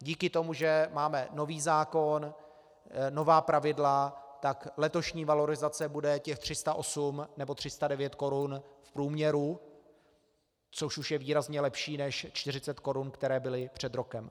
Díky tomu, že máme nový zákon, nová pravidla, tak letošní valorizace bude těch 308 nebo 309 korun v průměru, což už je výrazně lepší, než 40 korun, které byly před rokem.